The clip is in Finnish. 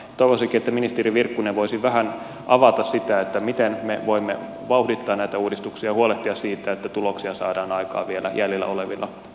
toivoisinkin että ministeri virkkunen voisi vähän avata sitä miten me voimme vauhdittaa näitä uudistuksia ja huolehtia siitä että tuloksia saadaan aikaan vielä jäljellä olevina vuosina